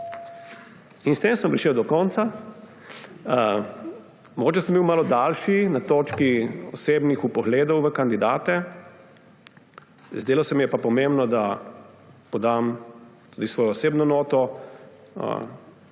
In s tem sem prišel do konca. Mogoče sem bil malo daljši na točki osebnih vpogledov v kandidate, zdelo se mi je pa pomembno, da podam tudi svojo osebno noto